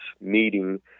meeting